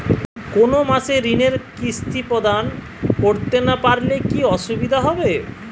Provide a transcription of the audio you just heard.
কোনো মাসে ঋণের কিস্তি প্রদান করতে না পারলে কি অসুবিধা হবে?